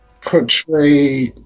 portray